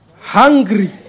Hungry